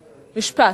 משפט.